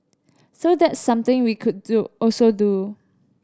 so that's something we could do also do